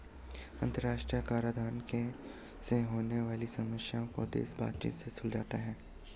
अंतरराष्ट्रीय कराधान से होने वाली समस्याओं को देश बातचीत से सुलझाते हैं